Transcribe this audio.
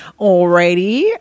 Alrighty